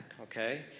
okay